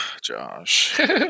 Josh